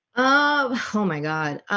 um oh my god,